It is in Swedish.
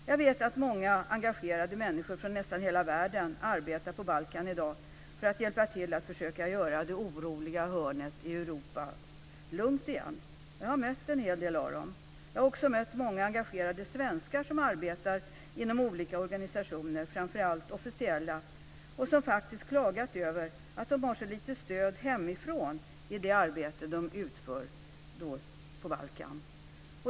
Jag vet att många engagerade människor från nästan hela världen arbetar på Balkan i dag för att hjälpa till att försöka göra det oroliga hörnet i Europa lugnt igen. Jag har mött en hel del av dem. Jag har också mött många engagerade svenskar som arbetar inom olika organisationer, framför allt officiella och som faktiskt klagat över att de har så lite stöd hemifrån i det arbete som de utför på Balkan.